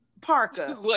parka